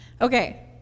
Okay